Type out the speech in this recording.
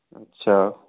अच्छा